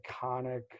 iconic